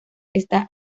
está